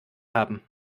haben